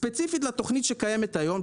ספציפית לתוכנית שקיימת היום,